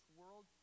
world